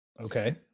okay